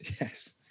yes